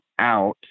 out